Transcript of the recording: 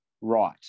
right